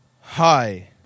Hi